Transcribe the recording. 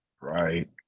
Right